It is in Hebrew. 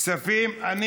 הכספים נתקבלה.